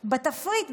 בתפריט.